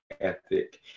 ethic